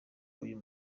uyu